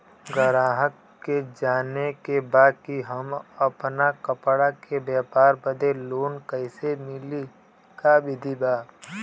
गराहक के जाने के बा कि हमे अपना कपड़ा के व्यापार बदे लोन कैसे मिली का विधि बा?